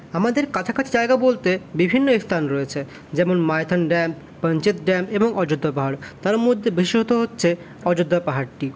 আমাদের কাছাকাছি জায়গা বলতে বিভিন্ন স্থান রয়েছে যেমন মাইথন ড্যাম পাঞ্চেত ড্যাম এবং অযোধ্যা পাহাড় তার মধ্যে বিশেষত হচ্ছে অযোধ্যা পাহাড়টি